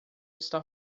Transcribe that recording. está